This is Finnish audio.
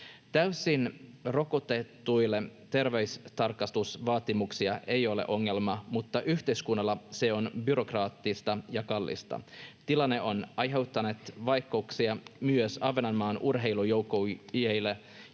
Täysin rokotetuille terveystarkastusvaatimukset eivät ole ongelma, mutta yhteiskunnalle se on byrokraattista ja kallista. Tilanne on aiheuttanut vaikeuksia myös Ahvenanmaan urheilujoukkueille,